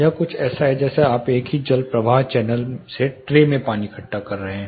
यह कुछ ऐसा है जैसे आप एक ही जल प्रवाह चैनल से ट्रे में पानी इकट्ठा कर रहे हैं